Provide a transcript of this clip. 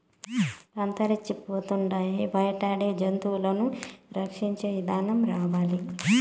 అంతరించిపోతాండే వేటాడే జంతువులను సంరక్షించే ఇదానం రావాలి